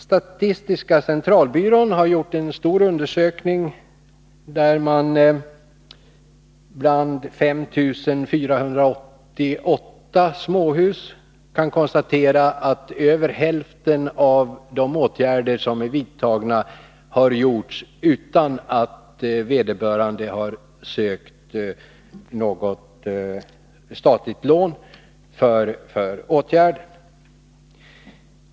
Statistiska centralbyrån har gjort en stor undersökning bland 5 488 småhus och konstaterar att över hälften av de energibesparande åtgärderna här hade vidtagits utan att vederbörande hade sökt något statligt lån för åtgärden.